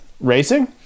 Racing